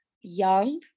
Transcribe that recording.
young